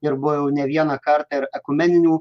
ir buvo jau ne vieną kartą ir ekumeninių